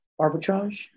Arbitrage